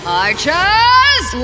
archers